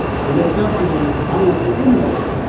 i looked up to them and i wanted to emulate them.